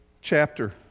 chapter